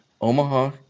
Omaha